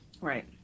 right